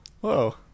Whoa